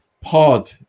pod